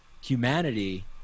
humanity